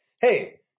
Hey